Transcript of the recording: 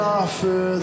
offer